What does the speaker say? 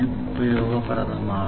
4 ഉപയോഗപ്രദമാണ്